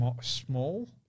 small